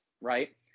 right